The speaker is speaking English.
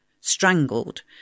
strangled